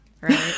Right